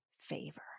favor